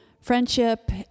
friendship